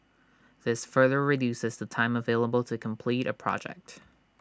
this further reduces the time available to complete A project